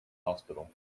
hospital